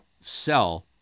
cell